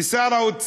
אה,